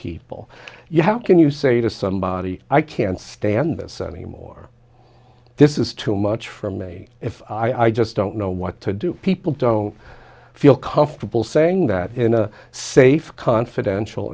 people you have can you say to somebody i can't stand this anymore this is too much for me if i just don't know what to do people don't feel comfortable saying that in a safe confidential